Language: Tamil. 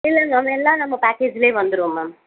இல்லை மேம் எல்லாம் நம்ம பேக்கேஜ்லேயே வந்துடும் மேம்